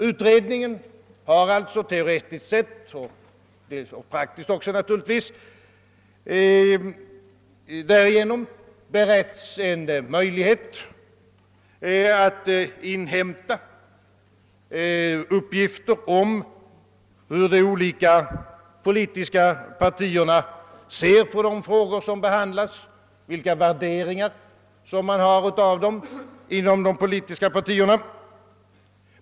Utredningen har alltså teoretiskt och praktiskt därigenom beretts en möjlighet att inhämta uppgifter om de olika politiska partiernas värderingar av de frågor som behandlats.